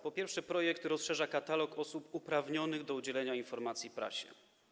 Po pierwsze, projekt rozszerza katalog osób uprawnionych do udzielenia informacji prasie.